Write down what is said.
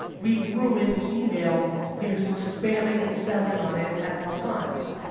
we've ruined email because we're spamming and selling on it at all times.